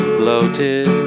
bloated